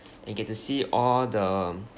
and get to see all the